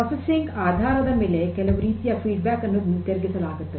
ಪ್ರಕ್ರಿಯೆ ಆಧಾರದ ಮೇಲೆ ಕೆಲವು ರೀತಿಯ ಫೀಡ್ಬ್ಯಾಕ್ ಅನ್ನು ಹಿಂತಿರುಗಿಸಬೇಕಾಗುತ್ತದೆ